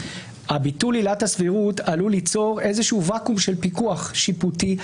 ביטול עילת הסבירות עלול ליצור איזה ואקום של פיקוח שיפוטי.